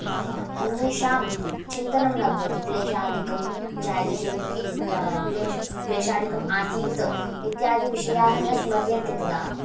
अन्येषां चिन्तनं न भवति क्लेशादिकं जायते चेदपि क्लेश क्लेशादिकं आसीत् इत्यादि विषयाः न स्मर्यन्ते तदा